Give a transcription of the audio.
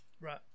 Right